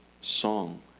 song